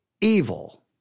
evil